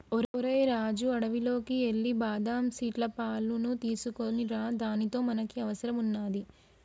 ఓరై రాజు అడవిలోకి ఎల్లి బాదం సీట్ల పాలును తీసుకోనిరా దానితో మనకి అవసరం వున్నాది